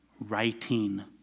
writing